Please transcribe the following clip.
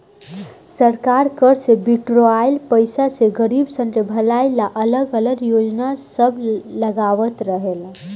सरकार कर से बिटोराइल पईसा से गरीबसन के भलाई ला अलग अलग योजना सब लगावत रहेला